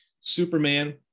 Superman